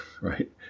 right